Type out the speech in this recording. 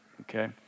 okay